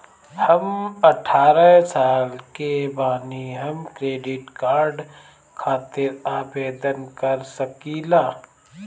हम अठारह साल के बानी हम क्रेडिट कार्ड खातिर आवेदन कर सकीला?